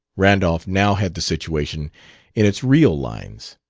randolph now had the situation in its real lines.